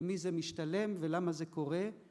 מי זה משתלם ולמה זה קורה?